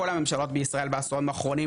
כל הממשלות בישראל בעשורים האחרונים,